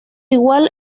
igual